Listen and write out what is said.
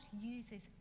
uses